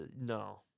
no